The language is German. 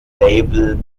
label